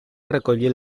recollir